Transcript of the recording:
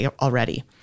already